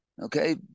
okay